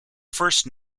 first